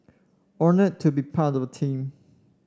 honoured to be part of the team